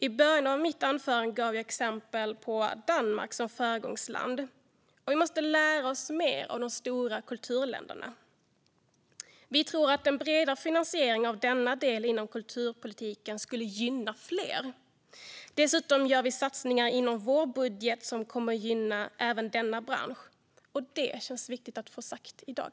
I början av mitt anförande angav jag Danmark som ett exempel på föregångsländer. Vi måste lära oss mer av de stora kulturländerna. Vi sverigedemokrater tror att en bredare finansiering av denna del av kulturpolitiken skulle gynna fler. Dessutom gör vi satsningar inom vår budget som kommer att gynna även denna bransch. Det känns viktigt att få sagt i dag.